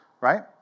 right